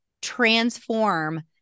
transform